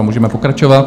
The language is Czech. Můžeme pokračovat.